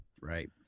Right